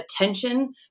attention